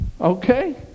Okay